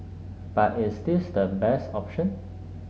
but is this the best option